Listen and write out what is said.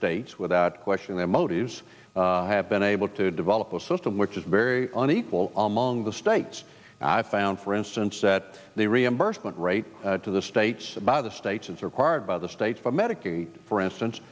states without question their motives have been able to develop a system which is very unequal on monga states i found for instance that the reimbursement rate to the states by the states as required by the states for medicaid for instance